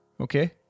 Okay